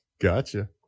Gotcha